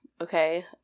okay